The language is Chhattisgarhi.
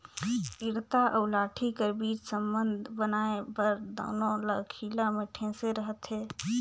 इरता अउ लाठी कर बीच संबंध बनाए बर दूनो ल खीला मे ठेसे रहथे